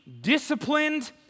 disciplined